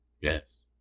Yes